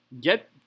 get